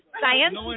science